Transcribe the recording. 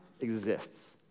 exists